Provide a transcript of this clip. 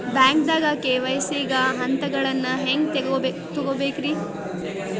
ಬ್ಯಾಂಕ್ದಾಗ ಕೆ.ವೈ.ಸಿ ಗ ಹಂತಗಳನ್ನ ಹೆಂಗ್ ತುಂಬೇಕ್ರಿ?